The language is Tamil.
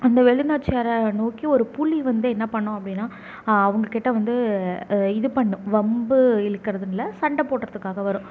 அந்த வேலுநாச்சியாரை நோக்கி ஒரு புலி வந்து என்ன பண்ணும் அப்படின்னா அவங்ககிட்ட வந்து இது பண்ணும் வம்பு இழுக்குறதுனுல்லை சண்டை போடுறதுக்காக வரும்